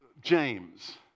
James